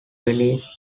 release